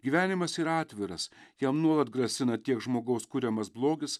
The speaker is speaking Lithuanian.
gyvenimas yra atviras jam nuolat grasina tiek žmogaus kuriamas blogis